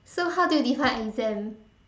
so how do you define exam